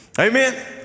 Amen